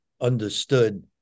understood